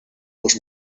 els